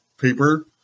paper